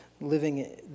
living